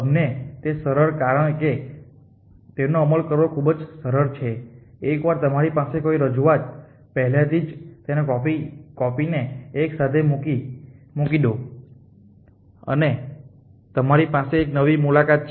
અમને તે સરળ છે કારણ કે તેનો અમલ કરવો ખૂબ જ સરળ છે એકવાર તમારી પાસે કોઈ રજૂઆત પહેલાથી જ તેને કાપીને એકસાથે મૂકી દો અને તમારી પાસે એક નવી મુલાકાત છે